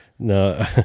No